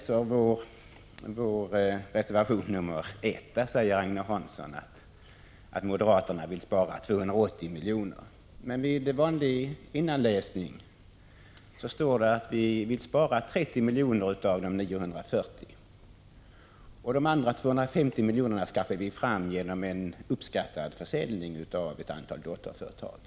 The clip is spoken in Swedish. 15 maj 1986 Så är det när Agne Hansson läser reservation 1. Han säger att moderaterna där vill spara 280 miljoner. Men vid vanlig innanläsning finner man att det står att vi vill spara 30 miljoner av 940. De resterande 250 miljonerna skaffar vi fram genom en uppskattad försäljning av ett antal dotterföretag.